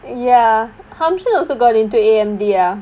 ya also got into A_M_D ah